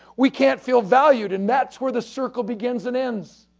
we can't feel valued, and that's where the circle begins and ends.